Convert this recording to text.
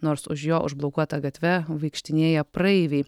nors už jo užblokuota gatve vaikštinėja praeiviai